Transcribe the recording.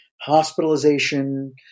hospitalization